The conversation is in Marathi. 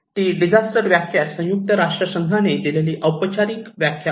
ती डिझास्टर व्याख्या संयुक्त राष्ट्र संघाने दिलेली औपचारिक व्याख्या आहे